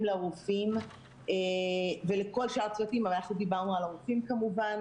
לרופאים ולכל שאר הצוותים אנחנו דיברנו על הרופאים כמובן